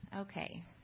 Okay